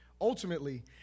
Ultimately